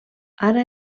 ara